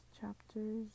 chapters